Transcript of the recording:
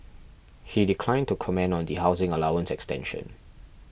he declined to comment on the housing allowance extension